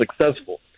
successful